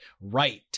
right